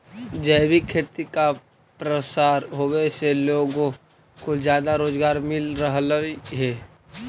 जैविक खेती का प्रसार होवे से लोगों को ज्यादा रोजगार मिल रहलई हे